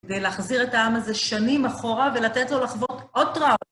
ולהחזיר את העם הזה שנים אחורה, ולתת לו לחוות עוד טראו.